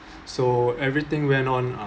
so everything went on uh